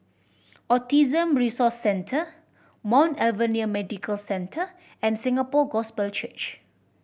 Autism Resource Centre Mount Alvernia Medical Centre and Singapore Gospel Church